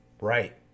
right